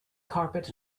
carpet